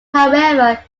however